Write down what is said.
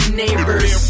neighbors